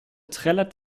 trällert